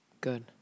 Good